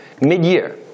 mid-year